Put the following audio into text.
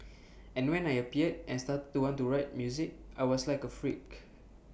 and when I appeared and started to want to write music I was like A freak